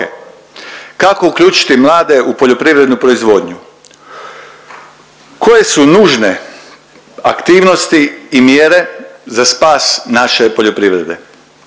Kako uključiti mlade u poljoprivrednu proizvodnju? Koje su nužne aktivnosti i mjere za spas naše poljoprivrede?